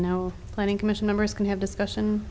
no planning commission members can have discussion